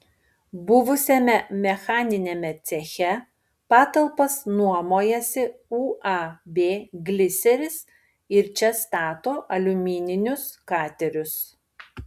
buvusiame mechaniniame ceche patalpas nuomojasi uab gliseris ir čia stato aliumininius katerius